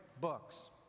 books